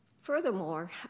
Furthermore